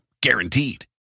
guaranteed